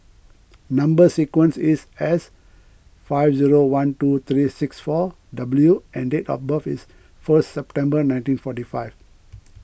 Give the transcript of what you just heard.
Number Sequence is S five zero one two three six four W and date of birth is first September nineteen forty five